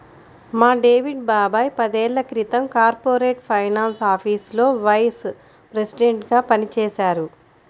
మా డేవిడ్ బాబాయ్ ఐదేళ్ళ క్రితం కార్పొరేట్ ఫైనాన్స్ ఆఫీసులో వైస్ ప్రెసిడెంట్గా పనిజేశారు